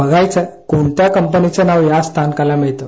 बघायचं कोणत्या कंपनीच नाव या स्थानकाला मिळतं